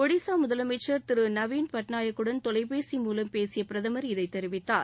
ஒடிசா முதலமைச்சர் திரு நவீன் பட்நாயக் குடன் தொலைபேசி மூலம் பேசிய பிரதமர் இதைத் தெரிவித்தார்